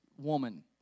woman